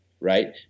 right